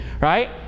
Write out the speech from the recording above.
right